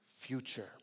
future